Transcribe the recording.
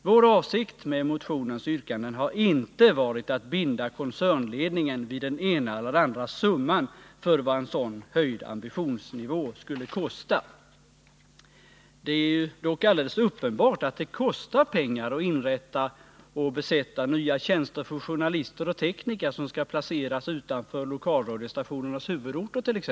Vår avsikt med motionens yrkanden har inte varit att binda koncernledningen vid den ena eller andra summan för vad en sådan höjd ambitionsnivå skulle kosta. Det är dock alldeles uppenbart att det kostar pengar att inrätta och besätta nya tjänster för journalister och tekniker som skall placeras utanför lokalradiostationernas huvudorter.